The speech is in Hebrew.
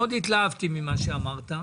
מאוד התלהבתי ממה שאמרת,